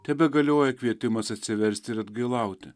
tebegalioja kvietimas atsiversti ir atgailauti